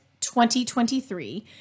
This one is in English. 2023